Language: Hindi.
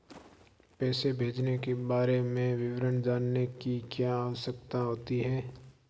पैसे भेजने के बारे में विवरण जानने की क्या आवश्यकता होती है?